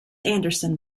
anderson